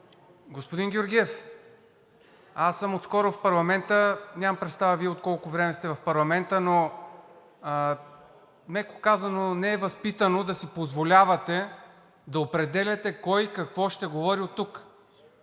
Господин Георгиев, аз съм отскоро в парламента. Нямам представа Вие от колко време сте в парламента, но меко казано, не е възпитано да си позволявате да определяте кой какво ще говори оттук.